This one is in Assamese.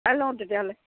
চাই লওঁ তেতিয়াহ'লে